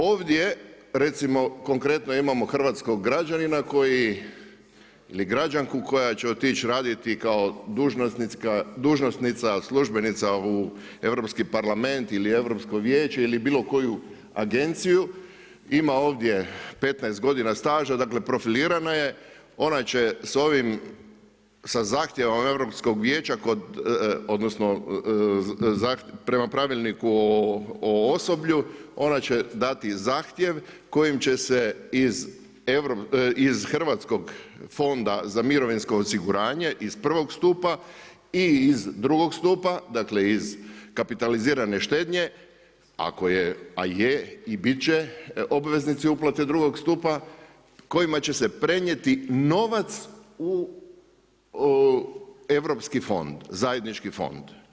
Ovdje, recimo konkretno imamo hrvatskog građanina koji, ili građanka koja će otići raditi kao dužnosnica, službenica u Europski parlament ili Europsko vijeće ili bilo koju agenciju, ima ovdje 15 godina staža, dakle, profilirana je, ona će sa ovim, sa zahtjevima Europskog vijeća, kod, odnosno prema Pravilniku o osoblju, ona će dati zahtjev kojim će se iz hrvatskog fonda za mirovinsko osiguranje, iz prvog stupa, i iz drugog stupa, dakle iz kapitalizirane štednje, ako je, a je i biti će obveznici uplate drugog stupa, kojima će se prenijeti novac u europski fond, zajednički fond.